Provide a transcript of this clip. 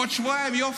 עוד שבועיים, 1 ביולי.